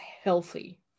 healthy